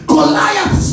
Goliath